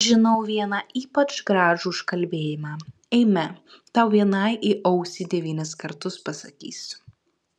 žinau vieną ypač gražų užkalbėjimą eime tau vienai į ausį devynis kartus pasakysiu